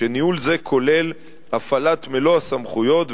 כשניהול זה כולל הפעלת מלוא הסמכויות,